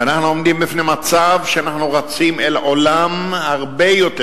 ואנחנו עומדים בפני מצב שאנחנו רצים אל עולם הרבה יותר